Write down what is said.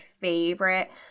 favorite